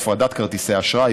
היה הפרדת כרטיסי אשראי,